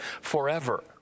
forever